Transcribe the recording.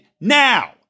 now